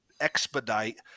expedite